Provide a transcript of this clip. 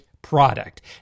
product